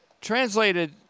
translated